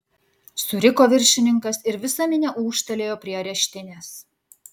suriko viršininkas ir visa minia ūžtelėjo prie areštinės